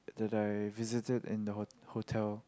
like visited in the hot~ hotel